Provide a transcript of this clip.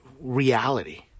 reality